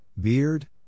Beard